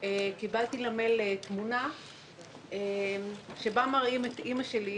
קיבלתי למייל תמונה שבה מראים את אימא שלי,